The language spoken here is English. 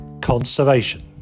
conservation